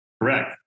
Correct